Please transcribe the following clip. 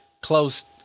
close